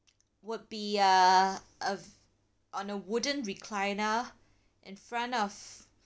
would be err of on a wooden recliner in front of